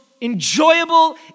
enjoyable